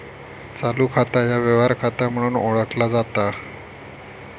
चालू खाता ह्या व्यवहार खाता म्हणून ओळखला जाता